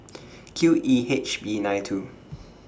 Q E H B nine two